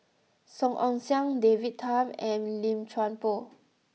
Song Ong Siang David Tham and Lim Chuan Poh